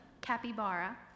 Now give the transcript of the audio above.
Capybara